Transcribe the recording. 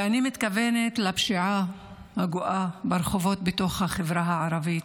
אני מתכוונת לפשיעה הגואה ברחובות בתוך החברה הערבית.